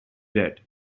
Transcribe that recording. read